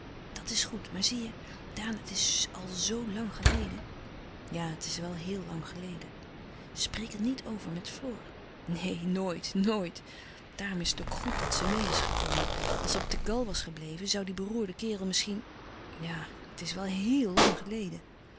dat is goed maar zie je daan het is al zoo lang geleden ja het is wel heel lang geleden spreek er niet over met floor neen nooit nooit daarom is het ook goed dat ze meê is louis couperus van oude menschen de dingen die voorbij gaan gekomen als ze op tegal was gebleven zoû die beroerde kerel misschien ja het is wel heel lang geleden